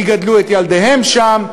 יגדלו את ילדיהם שם,